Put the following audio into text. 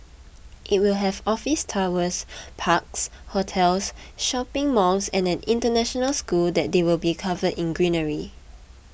it will have office towers parks hotels shopping malls and an international school that they will be covered in greenery